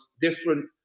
different